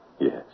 Yes